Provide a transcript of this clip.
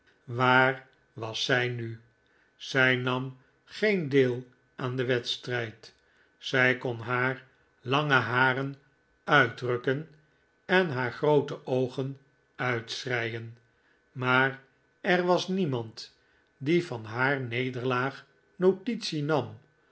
waar was zij nu zij nam geen deel aan den wedstrijd zij kon haar lange haren uitrukken en haar groote oogen uitschreien maar er was niemand die van haar nederlaag notitie nam